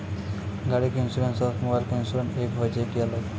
गाड़ी के इंश्योरेंस और मोबाइल के इंश्योरेंस एक होय छै कि अलग?